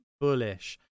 bullish